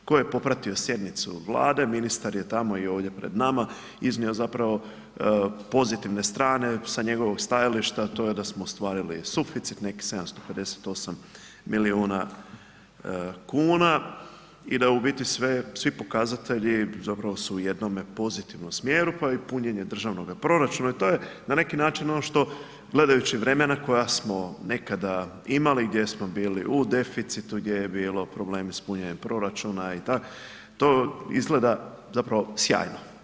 Tko je popratio sjednicu Vlade, ministar je tamo i ovdje pred nama iznio zapravo pozitivne strane, sa njegovog stajališta to je da smo ostvarili suficit nekih 758 milijuna kuna i da u biti svi pokazatelji zapravo su u jednome pozitivnom smjeru pa i punjenje državnoga proračuna i to je na neki način ono što, gledajući vremena koja smo nekada imali, gdje smo bili u deficitu, gdje je bilo problemi sa punjenjem proračuna, to izgleda zapravo sjajno.